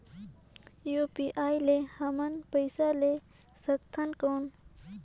UPI ले हमन पइसा ले सकथन कौन?